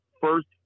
first